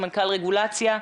סמנכ"ל רגולציה.